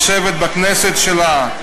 לשבת בכנסת שלה,